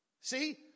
See